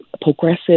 progressive